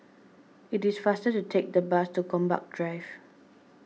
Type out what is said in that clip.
it is faster to take the bus to Gombak Drive